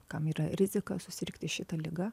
kam yra rizika susirgti šita liga